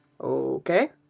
Okay